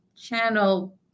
channel